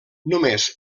només